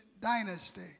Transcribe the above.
dynasty